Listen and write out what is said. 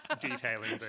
detailing